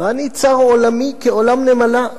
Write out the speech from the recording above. ואני, צר עולמי כעולם נמלה,